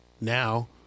now